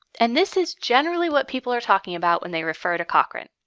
and this is generally what people are talking about when they refer to cochrane.